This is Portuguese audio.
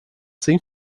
sem